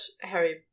Harry